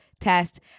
test